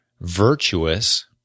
virtuous